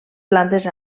plantes